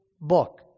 book